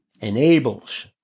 enables